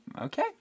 Okay